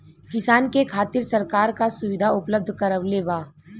किसान के खातिर सरकार का सुविधा उपलब्ध करवले बा?